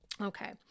Okay